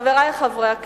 חברי חברי הכנסת,